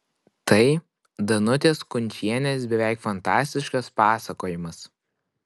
tai danutės kunčienės beveik fantastiškas pasakojimas